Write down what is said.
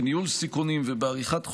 בניהול סיכונים ובעריכת חוזים,